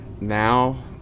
Now